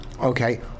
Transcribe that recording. okay